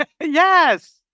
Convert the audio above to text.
Yes